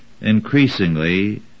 increasingly